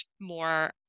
more